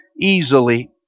easily